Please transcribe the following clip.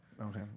Okay